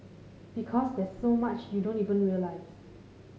because there's so much you don't even realise